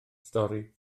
stori